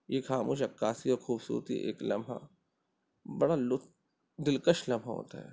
یہ خاموش عکاسی اور خوبصورتی ایک لمحہ بڑا لطف دلکش لمحہ ہوتا ہے